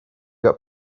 got